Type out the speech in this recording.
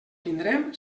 tindrem